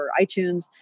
iTunes